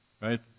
right